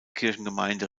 kirchengemeinde